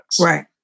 Right